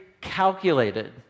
calculated